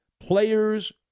Players